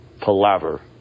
palaver